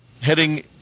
heading